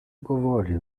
govori